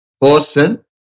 person